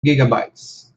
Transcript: gigabytes